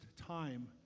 time